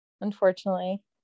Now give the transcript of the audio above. unfortunately